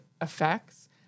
effects